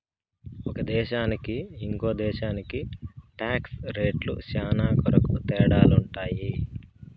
ఒక దేశానికి ఇంకో దేశానికి టాక్స్ రేట్లు శ్యానా కొరకు తేడాలుంటాయి